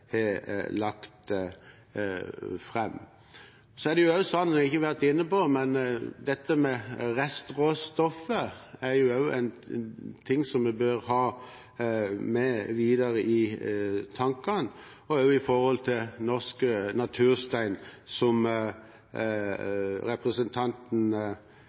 har lagt fram. Så er det også sånn – det har jeg ikke vært inne på – at restråstoffet er en ting som vi bør ha med i tankene videre, også i forhold til norsk naturstein, som representanten